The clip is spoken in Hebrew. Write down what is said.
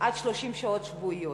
עד 30 שעות שבועיות.